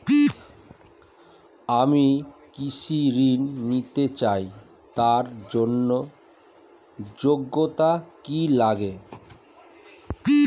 আমি কৃষি ঋণ নিতে চাই তার জন্য যোগ্যতা কি লাগে?